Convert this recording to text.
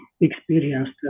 experienced